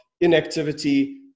inactivity